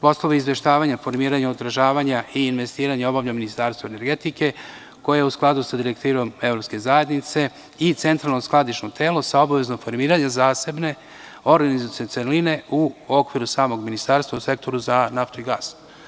Poslove izveštavanja, formiranja, održavanja i investiranja obavlja Ministarstvo energetike, koje je u skladu sa direktivom evropske zajednice i centralno skladišno telo, sa obavezom formiranja zasebne organizacione celine u okviru samog ministarstva u sektoru za naftu i gas.